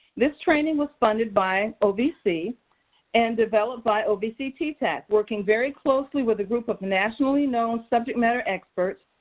this training was funded by ovc and developed by ovc ttac, working very closely with a group of nationally known subject matter experts,